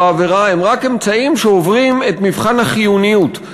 העבירה הם רק אמצעים שעוברים את מבחן החיוניות,